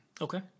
Okay